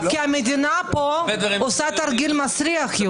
כי המדינה פה עושה תרגיל מסריח,